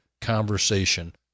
conversation